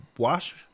Wash